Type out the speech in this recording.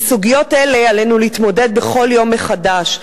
עם סוגיות אלה עלינו להתמודד בכל יום מחדש.